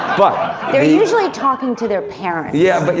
but they're usually talking to their parents. yeah but yeah,